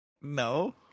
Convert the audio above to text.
No